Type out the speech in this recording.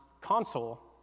console